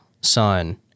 son